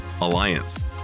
alliance